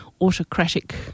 autocratic